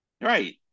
Right